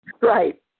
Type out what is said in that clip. right